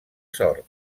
sort